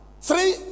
three